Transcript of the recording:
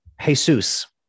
Jesus